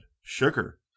Sugar